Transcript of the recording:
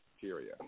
period